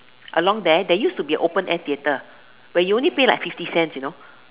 along there there used to be an open air theatre where you only pay like fifty cents you know